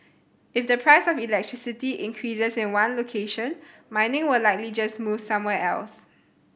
if the price of electricity increases in one location mining will likely just move somewhere else